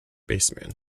baseman